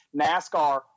NASCAR